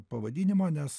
pavadinimo nes